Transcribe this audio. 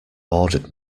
ordered